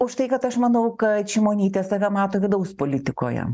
už tai kad aš manau kad šimonytė save mato vidaus politikoje